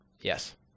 Yes